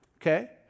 Okay